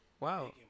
Wow